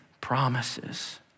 promises